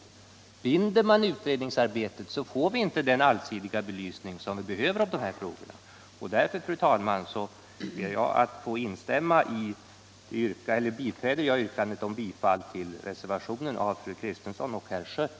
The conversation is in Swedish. Binder man utredningsarbetet får vi inte den allsidiga belysning som vi behöver av de här frågorna. Därför, fru talman, biträder jag yrkandet om bifall till reservationen 1 av fru Kristensson och herr Schött.